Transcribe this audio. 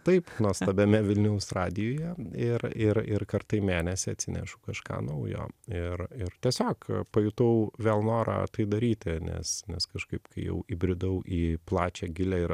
taip nuostabiame vilniaus radijuje ir ir ir kartą į menėsį atsinešu kažką naujo ir ir tiesiog pajutau vėl norą tai daryti nes nes kažkaip kai jau įbridau į plačią gilią ir